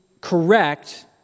correct